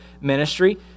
ministry